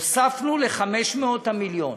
הוספנו ל-500 המיליון,